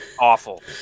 Awful